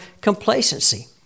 complacency